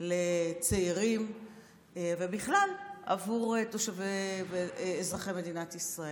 לצעירים ובכלל עבור אזרחי מדינת ישראל.